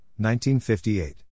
1958